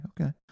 okay